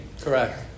Correct